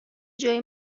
جای